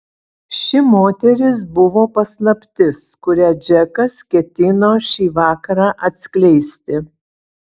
ši moteris buvo paslaptis kurią džekas ketino šį vakarą atskleisti